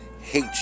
hate